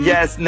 Yes